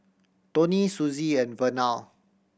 Toni Susie and Vernal